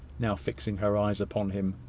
now fixing her eyes upon him.